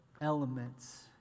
elements